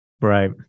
Right